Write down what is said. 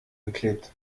geklebt